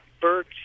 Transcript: bird